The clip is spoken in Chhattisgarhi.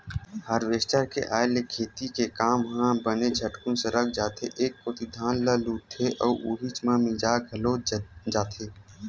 हारवेस्टर के आय ले खेती के काम ह बने झटकुन सरक जाथे एक कोती धान ल लुथे अउ उहीच म मिंजा घलो जथे